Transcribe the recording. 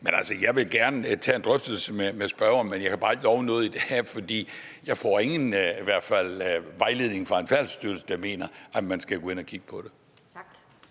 normale. Jeg vil gerne tage en drøftelse med spørgeren, men jeg kan bare ikke love noget i dag, for jeg får i hvert fald ingen vejledning fra Færdselsstyrelsen om, at man skal gå ind og kigge på det.